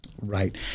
Right